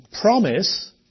Promise